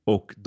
Och